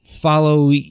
follow